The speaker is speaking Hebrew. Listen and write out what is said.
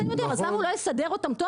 אז למה הוא לא יסדר אותם טוב,